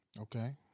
Okay